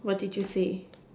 what did you say